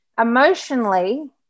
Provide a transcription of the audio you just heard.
Emotionally